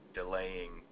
delaying